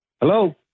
Hello